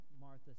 Martha